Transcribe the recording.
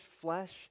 flesh